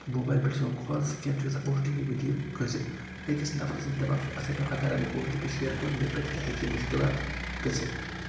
mobile پؠٹھ چھِ یِوان کال سکیم چھِ گژھان او ٹی پی مہ دِیِو کٲنٛسے أکِس نَفرٕ سٕندۍ دٮ۪ماغس پٮ۪ٹھ چھُ اَثر پؠوان اَگر ہا مےٚ او ٹی پی شِیر کۆر مےٚ پؠٹھ تہِ ہؠکہِ یہِ مُشکِلات گژھِتھ